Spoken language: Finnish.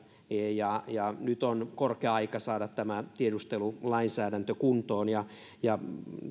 nyt on korkea aika saada tämä tiedustelulainsäädäntö kuntoon